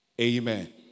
Amen